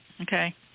Okay